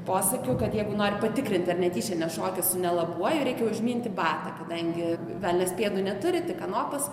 posakiu kad jeigu nori patikrinti ar netyčia nešoki su nelabuoju reikia užminti batą kadangi velnias pėdų neturi tik kanopas